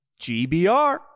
GBR